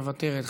מוותרת,